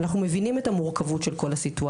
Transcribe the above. אנחנו מבינים את המורכבות של כל הסיטואציה.